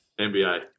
NBA